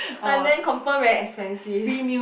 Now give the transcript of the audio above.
but then confirm very expensive